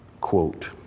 quote